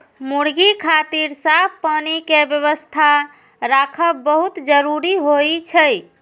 मुर्गी खातिर साफ पानी के व्यवस्था राखब बहुत जरूरी होइ छै